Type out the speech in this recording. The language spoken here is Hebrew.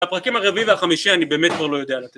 הפרקים הרביעי והחמישי אני באמת כבר לא יודע לתת